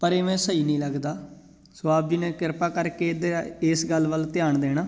ਪਰ ਇਵੇਂ ਸਹੀ ਨਹੀਂ ਲੱਗਦਾ ਸੋ ਆਪ ਜੀ ਨੇ ਕਿਰਪਾ ਕਰਕੇ ਇੱਧਰ ਇਸ ਗੱਲ ਵੱਲ ਧਿਆਨ ਦੇਣਾ